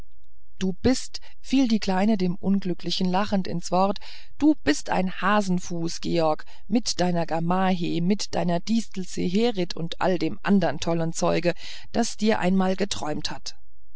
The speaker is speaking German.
du bist fiel die kleine dem unglücklichen lachend ins wort du bist ein hasenfuß george mit deiner gamaheh mit deiner distel zeherit und all dem andern tollen zeuge das dir einmal geträumt hat